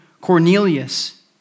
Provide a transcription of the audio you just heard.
Cornelius